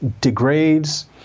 degrades